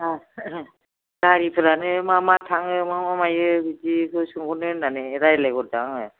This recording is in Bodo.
गारिफोरानो मा मा थाङो मा मा मायो बिदिखौ सोंहरनो होननानै रायज्लायहरदों आङो